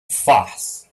farce